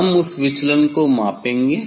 हम उस विचलन को मापेंगे